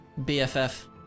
bff